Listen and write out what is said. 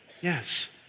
Yes